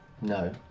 No